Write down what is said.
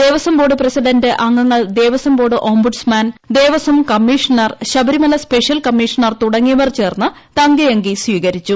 Devaswom board president അംഗങ്ങൾ Devaswom board ombudsman Devaswom commissioner Sabarimala special commissioner തുടങ്ങിയവർ ചേർന്ന് തങ്ക അങ്കി സ്വീകരിച്ചു